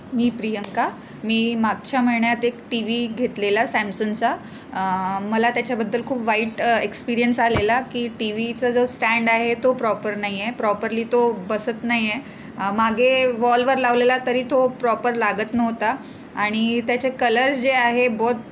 मी प्रियंका मी मागच्या महिन्यात एक टी व्ही घेतलेला सॅमसनचा मला त्याच्याबद्दल खूप वाईट एक्सपिरियन्स आलेला की टी व्हीचा जो स्टँड आहे तो प्रॉपर नाही आहे प्रॉपरली तो बसत नाही आहे मागे वॉलवर लावलेला तरी तो प्रॉपर लागत नव्हता आणि त्याचे कलर्स जे आहे बहुत